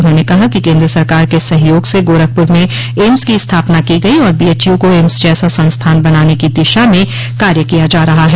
उन्होंने कहा कि केन्द्र सरकार के सहयोग से गोरखपुर में एम्स की स्थापना की गई और बीएचयू को एम्स जैसा संस्थान बनाने की दिशा में कार्य किया जा रहा है